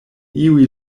iuj